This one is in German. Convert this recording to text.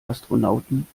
astronauten